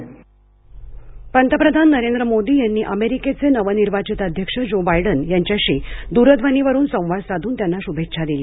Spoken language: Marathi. पंतप्रधान पंतप्रधान नरेंद्र मोदी यांनी अमेरिकेचे नवनिर्वाचित अध्यक्ष जो बायडन यांच्याशी दूरध्वनीवरून संवाद साधून त्यांना शुभेच्छा दिल्या